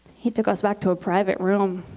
he took us back to a private room,